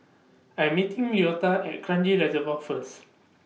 I'm meeting Leota At Kranji Reservoir First